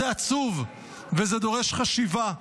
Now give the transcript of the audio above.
זה עצוב וזה דורש חשיבה.